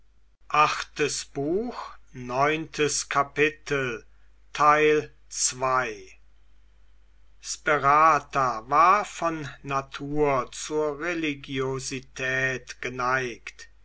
sperata war von natur zur religiosität geneigt